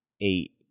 eight